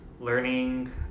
learning